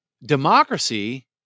Democracy